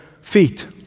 feet